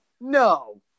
No